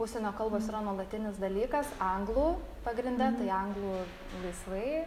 užsienio kalbos yra nuolatinis dalykas anglų pagrinde tai anglų laisvai